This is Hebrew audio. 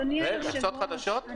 מכסות חדשות?